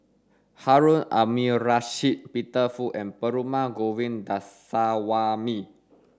Harun Aminurrashid Peter Fu and Perumal Govindaswamy